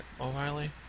O'Reilly